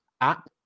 app